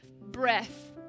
breath